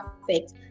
perfect